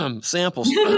samples